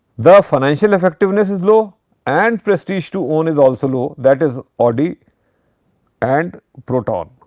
the financial effectiveness is low and prestige to own is also low, that is audi and proton.